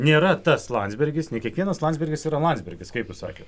nėra tas landsbergis ne kiekvienas landsbergis yra landsbergis kaip jūs sakėt